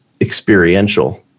experiential